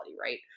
Right